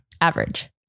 average